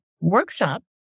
workshop